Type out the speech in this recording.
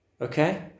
Okay